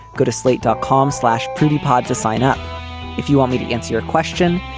go to slate dot com slash prudy pod to sign up if you want me to answer your question,